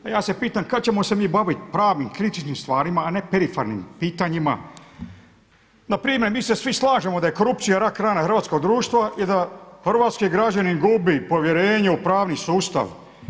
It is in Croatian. Ja se pitam kad ćemo se mi baviti pravnim, kritičnim stvarima, a ne perifernim pitanjima npr. mi se svi slažemo da je korupcija rak rana hrvatskog društva i da hrvatski građanin gubi povjerenje u pravni sustav.